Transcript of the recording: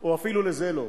או אפילו לזה לא.